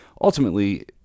Ultimately